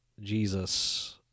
Jesus